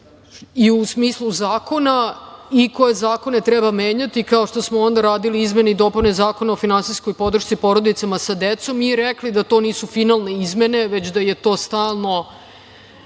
i u smislu zakona i koje zakone treba menjati, kao što smo onda radili izmene i dopune Zakona o finansijskoj podršci porodicama sa decom i rekli da to nisu finalne izmene, već da je to stalno